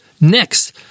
Next